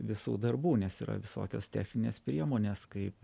visų darbų nes yra visokios techninės priemonės kaip